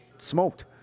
smoked